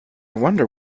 wonder